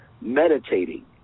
Meditating